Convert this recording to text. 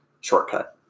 shortcut